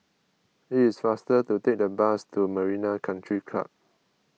it is faster to take the bus to Marina Country Club